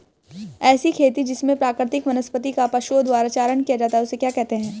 ऐसी खेती जिसमें प्राकृतिक वनस्पति का पशुओं द्वारा चारण किया जाता है उसे क्या कहते हैं?